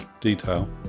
detail